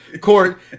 court